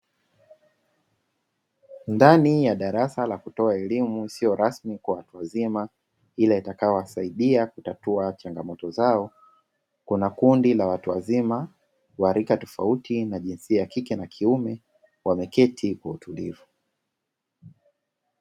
Ndani ya darasa la kutoa elimu isiyo rasmi kwa watu wazima ila itakayo wasaidia kutatua changamoto zao, kuna kundi la watu wazima wa rika tofauti na jinsia ya kike na kiume wameketi kwa utulivu.